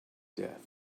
death